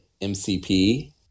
MCP